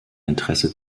interesse